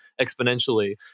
exponentially